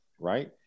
Right